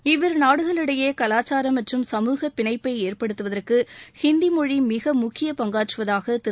இவ்விரு நாடுகளிடையே கலாச்சாரம் மற்றும் சமூக பிணைப்பை ஏற்படுத்துவதற்கு ஹிந்தி மொழி மிக முக்கிய பங்காற்றுவதாக திரு